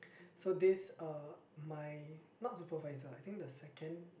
so this uh my not supervisor I think the second